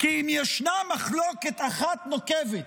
כי אם ישנה מחלוקת אחת נוקבת